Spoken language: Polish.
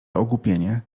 ogłupienie